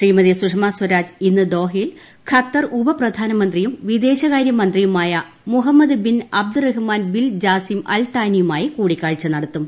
ശ്രീമതി സുഷമസ്വരാജ് ഇന്ന് ദോഹയിൽ ഖത്തർ ഉപപ്രധാനമന്ത്രിയും വിദേശകാര്യ മന്ത്രിയുമായ Mohammed bin Abdulrahman bin Jassim Al താനിയുമായി കൂടിക്കാഴ്ച നടത്തും